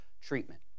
treatment